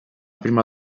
prima